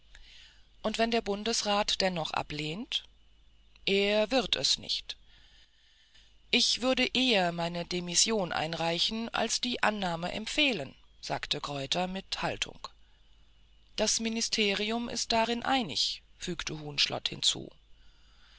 und wenn der bundesrat dennoch ablehnt er wird es nicht ich würde eher meine demission einreichen als die annahme empfehlen sagte kreuther mit haltung das ministerium ist darin einig fügte huhnschlott hinzu